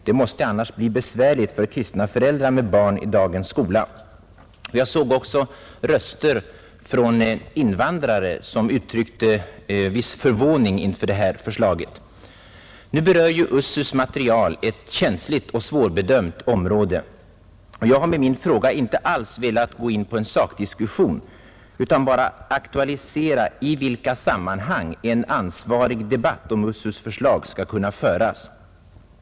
Det måste annars bli besvärligt för kristna föräldrar med barn i dagens skola.” Jag såg också uttalanden från invandrare, vilka uttryckte viss förvåning inför detta förslag. USSU:s material berör ett känsligt och svårbedömt område, och jag har med min fråga inte alls avsett att gå in på en sakdiskussion. Jag har bara velat aktualisera spörsmålet om i vilka sammanhang en ansvarig debatt om USSU:s förslag skall kunna föras.